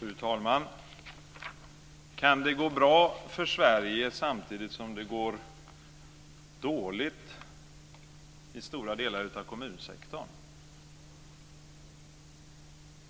Fru talman! Kan det gå bra för Sverige samtidigt som det går dåligt i stora delar av kommunsektorn?